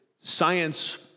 science